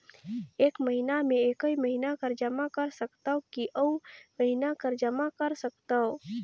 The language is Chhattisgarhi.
एक महीना मे एकई महीना कर जमा कर सकथव कि अउ महीना कर जमा कर सकथव?